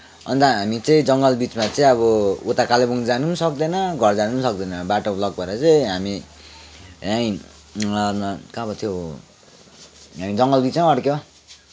अन्त हामी चाहिँ जङ्गलबिचमा चाहिँ अब उता कालिम्पोङ जानु पनि सक्दैन घर जान पनि सक्दैन बाटो ब्लक भएर चाहिँ हामी यहीँ कहाँ पो थियो हौ ए जङ्गलबिचमै अड्कियौँ